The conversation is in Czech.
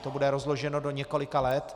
To bude rozloženo do několika let.